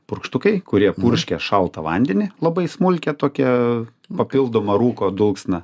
purkštukai kurie purškia šaltą vandenį labai smulkią tokią papildomą rūko dulksną